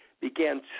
began